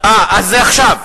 זה עכשיו.